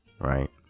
right